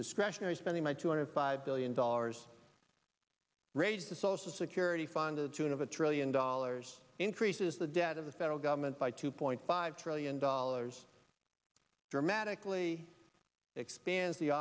discretionary spending by two hundred five billion dollars raise the social security fund to the tune of a trillion dollars increases the debt of the federal government by two point five trillion dollars dramatically expands the